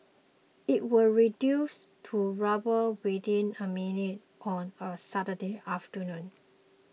it was reduced to rubble within a minute on a Saturday afternoon